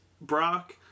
Brock